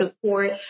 support